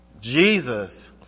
Jesus